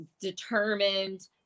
determined